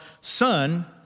son